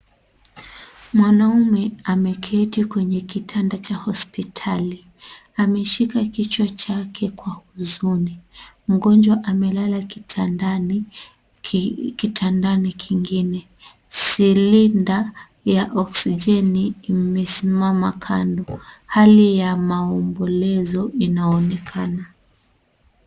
Mwanaume ameketi kwenye kitanda cha hospitali. Ameshika kichwa chake kwa huzuni. Mgonjwa amelala kitandani kingine. Silinda ya oksijeni imesimama kando. Hali ya maombolezo inaonekana.